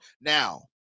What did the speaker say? Now